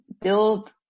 build